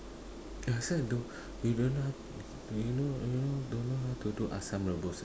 last time don't you don't know you know you know don't know how to do asam rebus ah